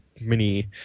mini